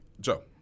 Joe